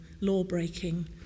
law-breaking